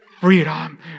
freedom